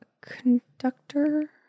conductor